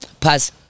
Pass